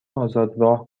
آزادراه